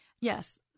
Yes